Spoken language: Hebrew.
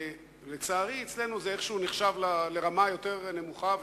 ולצערי אצלנו זה איכשהו נחשב לרמה יותר נמוכה,